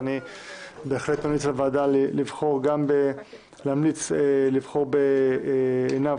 אני בהחלט ממליץ לוועדה להמליץ לבחור בעינב